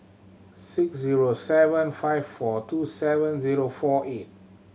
six zero seven five four two seven zero four eight